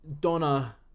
Donna